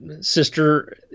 Sister